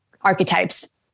archetypes